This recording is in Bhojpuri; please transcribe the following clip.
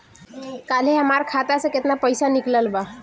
काल्हे हमार खाता से केतना पैसा निकलल बा?